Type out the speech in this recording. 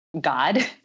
God